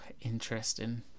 Interesting